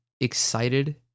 excited